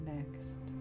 Next